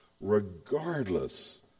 regardless